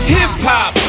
Hip-hop